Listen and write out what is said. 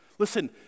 Listen